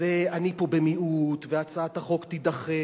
אני פה במיעוט, והצעת החוק תידחה,